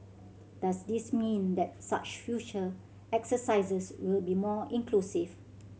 does this mean that such future exercises will be more inclusive